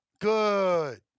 Good